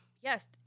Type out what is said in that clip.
yes